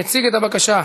נתקבלה.